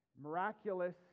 miraculous